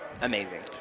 amazing